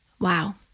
Wow